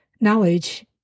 knowledge